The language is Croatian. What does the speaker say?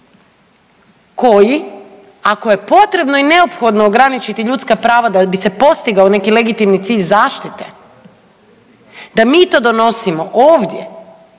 koji ako je potrebno i neophodno ograničiti ljudska prava da bi se postigao neki legitimni cilj zaštite, da mi to donosimo ovdje